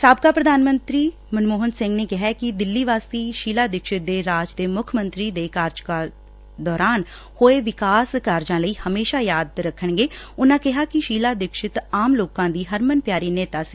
ਸਾਬਕਾ ਪ੍ਰਧਾਨ ਮੰਤਰੀ ਮਨਮੋਹਨ ਸਿੰਘ ਨੇ ਕਿਹੈ ਕਿ ਦਿੱਲੀ ਵਾਸੀ ਸ਼ੀਲਾ ਦੀਕਸ਼ਤ ਦੇ ਰਾਜ ਦੇ ਮੁੱਖ ਮੰਤਰੀ ਦੇ ਕਾਰਜਕਾਲ ਦੌਰਾਨ ਹੋਏ ਵਿਕਾਸ ਕਾਰਜਾਂ ਲਈ ਹਮੇਸ਼ਾ ਯਾਦ ਰੱਖਣਗੇ ਉਨੂਾਂ ਕਿਹਾ ਕਿ ਸ਼ੀਲਾ ਦੀਕਸ਼ਤ ਆਮ ਲੋਕਾਂ ਦੀ ਹਰਮਨਪਿਆਰੀ ਨੇਤਾ ਸੀ